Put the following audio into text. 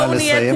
נא לסיים.